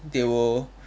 they will